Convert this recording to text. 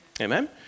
Amen